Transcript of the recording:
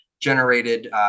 generated